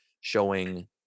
showing